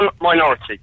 minority